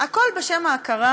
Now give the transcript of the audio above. הכול בשם ההכרה